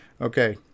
Okay